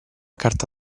carta